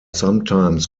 sometimes